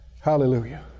Hallelujah